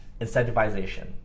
incentivization